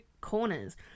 corners